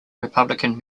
republican